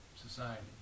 society